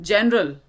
General